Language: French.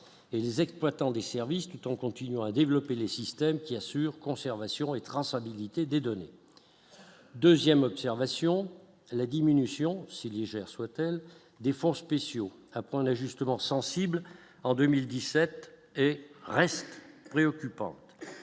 Et les exploitants des services tout en continuant à développer les systèmes qui assure conservation et traçabilité des données 2ème observation la diminution si légère soit-elle des fonds spéciaux apprenait justement sensible. En 2017 et reste préoccupante,